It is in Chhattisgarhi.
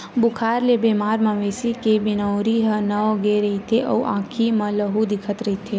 बुखार ले बेमार मवेशी के बिनउरी ह नव गे रहिथे अउ आँखी ह ललहूँ दिखत रहिथे